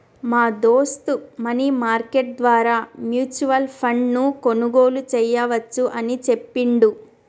మా దోస్త్ money market ద్వారా మ్యూచువల్ ఫండ్ ను కొనుగోలు చేయవచ్చు అని చెప్పిండు